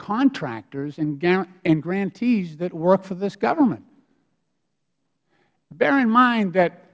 contractors and grantees that work for this government bear in mind that